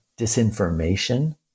disinformation